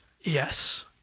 yes